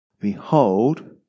Behold